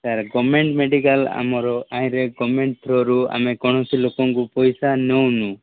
sir government medical ଆମର କାହିଁରେ ଗଭର୍ନମେଣ୍ଟରୁ ଆମେ କୌଣସି ଲୋକଙ୍କୁ ପଇସା ନେଉନୁ